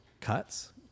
cuts